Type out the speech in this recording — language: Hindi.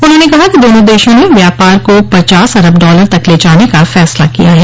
उन्होंने कहा कि दोनों देशों ने व्यापार को पचास अरब डॉलर तक ले जाने का फैसला किया है